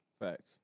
Facts